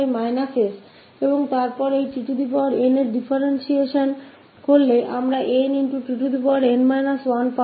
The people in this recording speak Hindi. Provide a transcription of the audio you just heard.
यहाँ यह है e st sऔर यहाँ हमारे पास है और tnका डिफ्रेंटिएशन लिए जा सकता है ntn 1